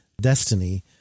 Destiny